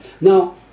Now